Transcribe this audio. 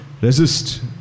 resist